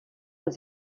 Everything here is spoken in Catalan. als